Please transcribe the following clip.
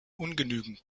ungenügend